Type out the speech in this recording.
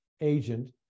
agent